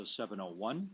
701